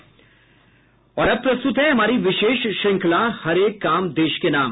अब प्रस्तुत है हमारी विशेष श्रंखला हर एक काम देश के नाम